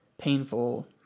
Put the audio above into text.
painful